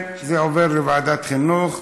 ההצעה להעביר את הנושא לוועדת החינוך,